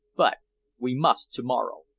but we must to-morrow.